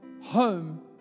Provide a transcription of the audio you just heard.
home